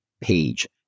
page